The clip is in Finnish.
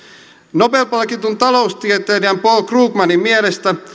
nobel palkitun taloustieteilijän paul krugmanin mielestä